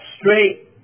straight